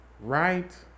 right